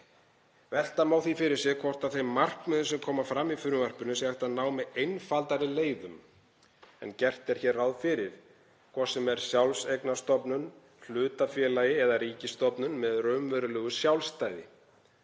Velta má því fyrir sér hvort þeim markmiðum sem koma fram í frumvarpinu sé hægt að ná með einfaldari leiðum en hér er gert ráð fyrir, hvort sem er með sjálfseignarstofnun, hlutafélagi eða ríkisstofnun með raunverulegu sjálfstæði.